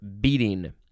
beating